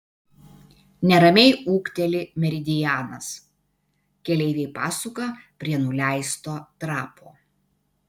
neramiai ūkteli meridianas keleiviai pasuka prie nuleisto trapo